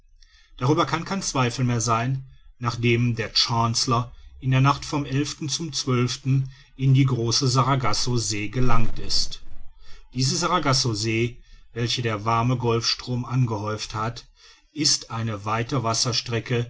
darüber kann kein zweifel mehr sein nachdem der chancellor in der nacht vom zum in die große sargasso see gelangt ist diese sargasso see welche der warme golfstrom angehäuft hat ist eine weite wasserstrecke